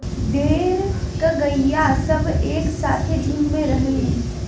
ढेर के गइया सब एक साथे झुण्ड में रहलीन